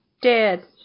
Dead